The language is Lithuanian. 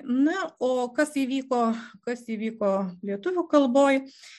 na o kas įvyko kas įvyko lietuvių kalboj